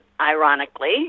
ironically